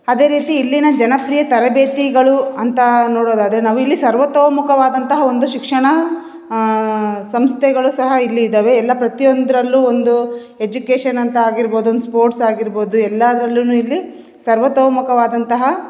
ಅದೇ ರೀತಿ ಇಲ್ಲಿನ ಜನಪ್ರಿಯ ತರಬೇತಿಗಳು ಅಂತ ನೋಡೋದಾದರೆ ನಾವು ಇಲ್ಲಿ ಸರ್ವತೋಮುಖವಾದಂತಹ ಒಂದು ಶಿಕ್ಷಣ ಸಂಸ್ಥೆಗಳು ಸಹ ಇಲ್ಲಿ ಇದ್ದಾವೆ ಎಲ್ಲ ಪ್ರತಿಯೊಂದರಲ್ಲೂ ಒಂದು ಎಜುಕೇಶನ್ ಅಂತ ಆಗಿರ್ಬೋದು ಒಂದು ಸ್ಪೋರ್ಟ್ಸ್ ಆಗಿರ್ಬೋದು ಎಲ್ಲದರಲ್ಲೂ ಇಲ್ಲಿ ಸರ್ವತೋಮುಖವಾದಂತಹ